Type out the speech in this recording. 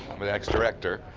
i'm an ex-director,